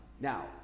Now